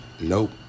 Nope